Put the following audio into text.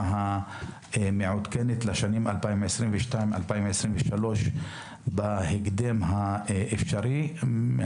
המעודכנת לשנים 2022 2023 בהקדם האפשרי.